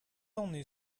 only